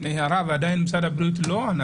ועדיין משרד הבריאות לא ענה